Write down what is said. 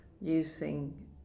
using